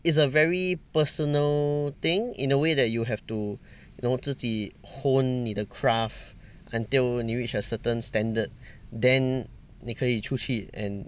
it's a very personal thing in a way that you have to you know 自己 hone 你的 craft until 你 reach a certain standard then 你可以出去 and